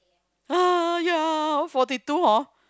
ah forty two hor